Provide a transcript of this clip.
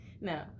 No